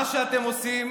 מה שאתם עושים,